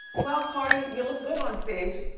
well, cardi, you look good on stage.